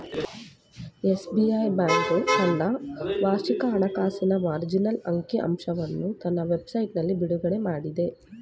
SBI bank ತನ್ನ ವಾರ್ಷಿಕ ಹಣಕಾಸಿನ ಮಾರ್ಜಿನಲ್ ಅಂಕಿ ಅಂಶವನ್ನು ತನ್ನ ವೆಬ್ ಸೈಟ್ನಲ್ಲಿ ಬಿಡುಗಡೆಮಾಡಿದೆ